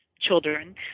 children